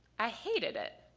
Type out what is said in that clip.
i hated it.